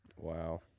Wow